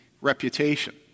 reputation